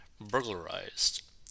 burglarized